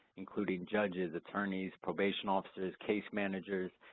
including judges, attorneys, probation officers, case managers,